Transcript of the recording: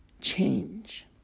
change